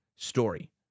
Story